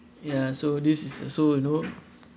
ya so this is so you know